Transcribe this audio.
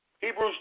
Hebrews